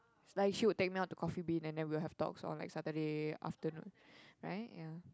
like she would take me out to Coffee-Bean and then we will have talks on Saturday afternoon right ya